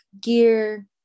gear